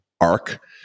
arc